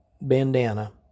bandana